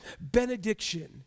benediction